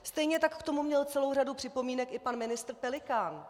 Stejně tak k tomu měl řadu připomínek i pan ministr Pelikán.